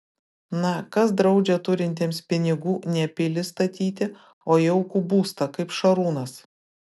na kas draudžia turintiems pinigų ne pilį statyti o jaukų būstą kaip šarūnas